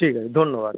ঠিক আছে ধন্যবাদ